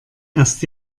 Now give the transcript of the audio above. erst